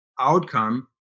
outcome